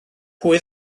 pwy